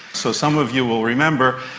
so some of you will remember,